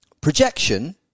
projection